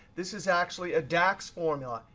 this is actually a dax formula.